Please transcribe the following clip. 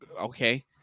okay